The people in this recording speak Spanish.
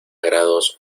grados